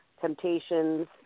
temptations